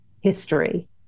history